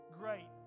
Great